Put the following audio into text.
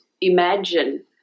imagine